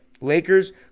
Lakers